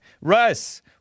Russ